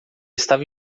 estava